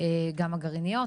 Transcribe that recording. גם הגרעיניות,